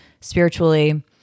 spiritually